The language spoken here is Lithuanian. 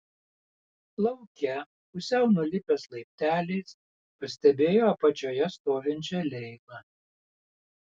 lauke pusiau nulipęs laipteliais pastebėjo apačioje stovinčią leilą